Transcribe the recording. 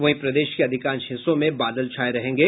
वहीं प्रदेश के अधिकांश हिस्सों में बादल छाए रहेंगे